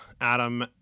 Adam